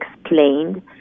explained